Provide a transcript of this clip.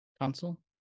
Console